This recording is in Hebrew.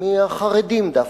מהחרדים דווקא,